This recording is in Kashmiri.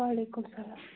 وعلیکُم السلام